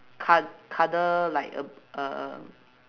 cud~ cuddle like a uh